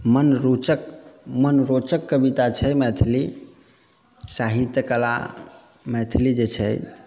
मन रोचक मन रोचक कविता छै मैथिली साहित्यकला मैथिली जे छै